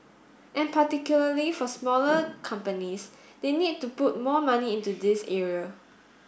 and particularly for smaller companies they need to put more money into this area